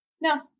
No